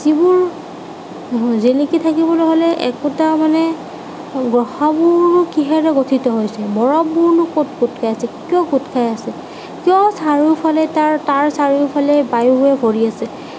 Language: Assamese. যিবোৰ জিলিকি থাকিবলৈ হ'লে একোটা মানে গ্ৰহাণু কিহেৰে গঠিত হৈছে বৰফবোৰনো ক'ত পোত খাই আছে কিয় পোত খাই আছে কিয় চাৰিওফালে তাৰ তাৰ চাৰিওফালে বায়ুৰে ভৰি আছে